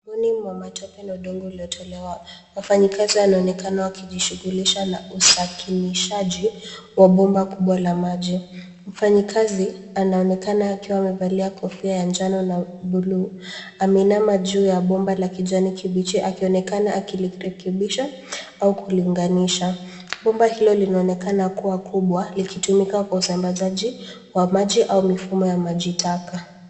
Huu ni mwa matope na udongo uliotolewa. Wafanyikazi wanaonekana wakijishughulisha na usakinishaji wa bomba kubwa la maji. Mfanyikazi, anaonekana akiwa amevalia kofia ya njano na buluu ,ameinama juu ya bomba la kijani kibichi akionekana akilirekebisha au kuliunganisha. Bomba hilo linaonekana kuwa kubwa, likitumika kwa usambazaji wa maji au mifumo ya maji taka.